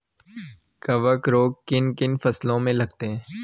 कवक रोग किन किन फसलों में लगते हैं?